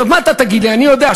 אז מה אתה תגיד לי אני יודע,